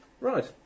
Right